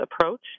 approach